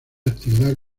actividad